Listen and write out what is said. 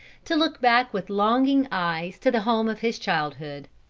to look back with longing eyes to the home of his childhood.